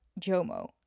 JOMO